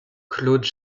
claude